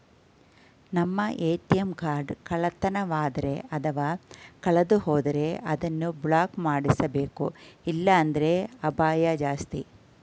ನಮ್ಮ ATM card ಕಳ್ಳತನವಾದರೆ ಅಥವಾ ಕಳೆದುಹೋದರೆ ಅದನ್ನು ಬ್ಲಾಕ್ ಮಾಡಿಸಬೇಕು ಇಲ್ಲಾಂದ್ರೆ ಅಪಾಯ ಜಾಸ್ತಿ